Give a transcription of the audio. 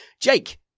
Jake